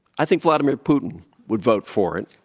i think vladimir putin would vote for it,